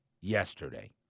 yesterday